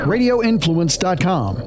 Radioinfluence.com